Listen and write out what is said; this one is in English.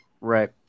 Right